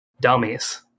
Dummies